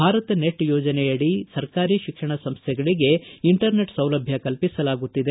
Bharat net ಯೋಜನೆಯಡಿ ಸರ್ಕಾರಿ ಶಿಕ್ಷಣ ಸಂಸ್ವೆಗಳಿಗೆ ಇಂಟರ್ನೆಟ್ ಸೌಲಭ್ಯ ಕಲ್ಪಿಸಲಾಗುತ್ತಿದೆ